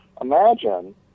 imagine